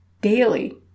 daily